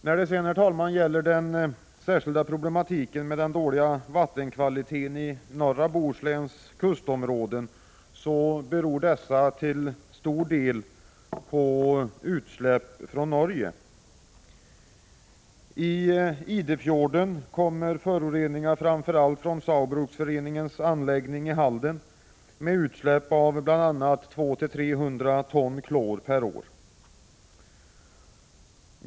När det gäller den särskilda problematiken med den dåliga vattenkvaliteten i norra Bohusläns kustområden kan jag nämna att dessa problem till stor del beror på utsläpp från Norge. I Idefjorden kommer föroreningarna framför allt från Saugbrugsforeningens anläggning i Halden med utsläpp av bl.a. 200-300 ton klor per år.